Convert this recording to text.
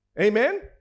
Amen